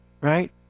Right